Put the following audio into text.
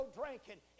drinking